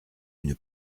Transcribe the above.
une